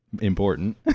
important